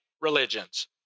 religions